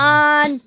on